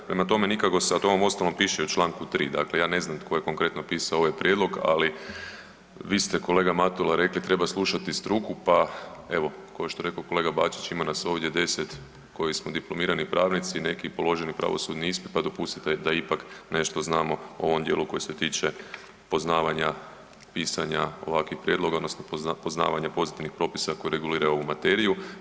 Prema tome nikako, to vam uostalom i piše u članku 3. Dakle, ja ne znam tko je konkretno pisao ovaj prijedlog ali vi ste kolega Matula rekli treba slušati struku, pa evo kao što je rekao kolega Bačić ima nas ovdje 10 koji smo diplomirani pravnici, neki položili pravosudni ispit pa dopustite da ipak nešto znamo o ovom dijelu koji se tiče poznavanja pisanja ovakvih prijedloga, odnosno poznavanja pozitivnih propisa koji reguliraju ovu materiju.